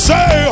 Say